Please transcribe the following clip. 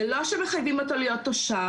זה לא שמחייבים אותו להיות תושב.